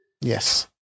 Yes